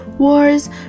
Wars